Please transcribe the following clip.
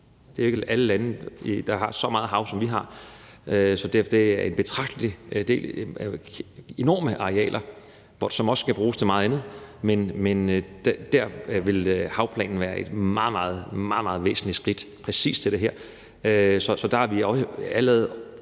at det ikke er alle lande, der har så meget hav, som vi har, så det er enorme arealer, som også skal bruges til meget andet. Men der vil havplanen være et meget, meget væsentligt skridt at tage her, så der er vi allerede